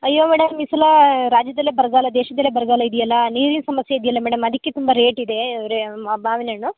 ಅಯ್ಯೋ ಮೇಡಮ್ ಈ ಸಲ ರಾಜ್ಯದಲ್ಲೇ ಬರಗಾಲ ದೇಶದಲ್ಲೇ ಬರಗಾಲ ಇದೆಯಲ್ಲ ನೀರಿನ ಸಮಸ್ಯೆ ಇದೆಯಲ್ಲ ಮೇಡಮ್ ಅದಕ್ಕೆ ತುಂಬ ರೇಟಿದೆ ಮಾವಿನಹಣ್ಣು